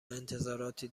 انتظاراتی